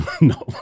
no